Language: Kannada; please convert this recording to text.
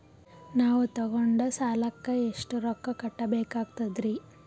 ನಾವು ತೊಗೊಂಡ ಸಾಲಕ್ಕ ಎಷ್ಟು ರೊಕ್ಕ ಕಟ್ಟಬೇಕಾಗ್ತದ್ರೀ?